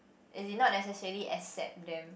as in not necessarily accept them